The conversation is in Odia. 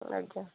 ଆଜ୍ଞା